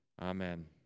Amen